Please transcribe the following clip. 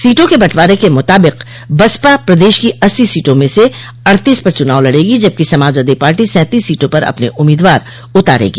सीटों के बंटवारे के मुताबिक बसपा प्रदेश की अस्सी सीटों में से अड़तीस पर चुनाव लड़ेगी जबकि समाजवादी पार्टी सैंतीस सीटों पर अपने उम्मीदवार उतारेगी